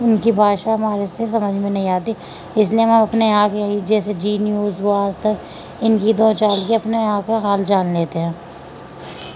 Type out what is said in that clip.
ان کی بھاشا ہمارے سے سمجھ میں نہیں آتی اس لیے ہم اپنے یہاں کے یہ جیسے جی نیوز ہوا آج تک ان کی دو چار کی اپنے یہاں کے حال جان لیتے ہیں